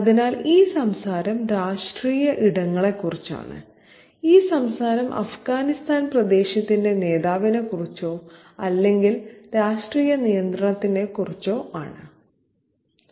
അതിനാൽ ഈ സംസാരം രാഷ്ട്രീയ ഇടങ്ങളെക്കുറിച്ചാണ് ഈ സംസാരം അഫ്ഗാനിസ്ഥാൻ പ്രദേശത്തിന്റെ നേതാവിനെക്കുറിച്ചോ അല്ലെങ്കിൽ രാഷ്ട്രീയ നിയന്ത്രണക്കാരനെക്കുറിച്ചോ കൂടിയാണ്